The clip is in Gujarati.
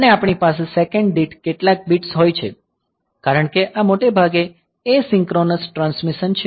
અને આપણી પાસે સેકન્ડ દીઠ કેટલાક બિટ્સ હોય છે કારણ કે આ મોટે ભાગે એસિંક્રોનસ ટ્રાન્સમિશન છે